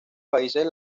países